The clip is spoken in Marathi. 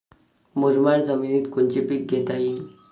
मुरमाड जमिनीत कोनचे पीकं घेता येईन?